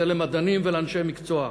זה למדענים ולאנשי מקצוע.